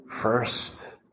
first